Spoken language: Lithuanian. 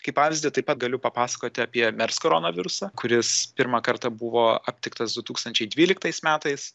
kaip pavyzdį taip pat galiu papasakoti apie mers korona virusą kuris pirmą kartą buvo aptiktas du tūkstančiai dvyliktais metais